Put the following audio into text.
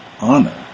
honor